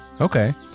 okay